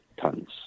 tons